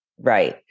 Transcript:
Right